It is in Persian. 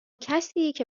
کسیکه